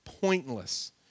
pointless